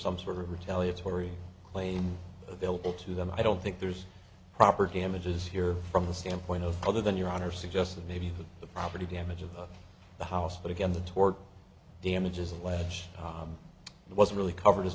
some sort of retaliatory claim available to them i don't think there's property images here from the standpoint of other than your honor suggested maybe the property damage of the house but again the toward damages allege that was really covered as